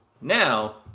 now